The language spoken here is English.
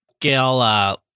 Gail